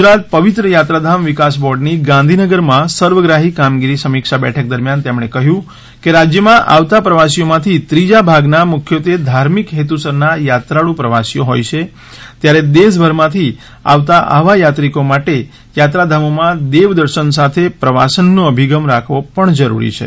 ગુજરાત પવિત્ર યાત્રાધામ વિકાસ બોર્ડની ગાંધીનગરમાં સર્વગ્રાહી કામગીરી સમીક્ષા બેઠક દરમ્યાન તેમણે કહ્યું કે રાજ્યમાં આવતા પ્રવાસીઓમાંથી ત્રીજા ભાગના મુખ્યત્વે ધાર્મિક હેતુસરના યાત્રાળુ પ્રવાસીઓ હોય છે ત્યારે દેશભરમાંથી આવતા આવા યાત્રિકો માટે યાત્રાધામોમાં દેવદર્શન સાથે પ્રવાસનનો અભિગમ રાખવો પણ જરૂરી છે